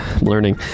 Learning